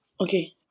Okay